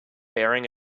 bearing